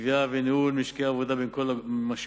קביעה וניהול של משקי עבודה בין כל הגורמים.